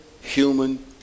human